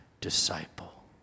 disciple